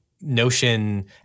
Notion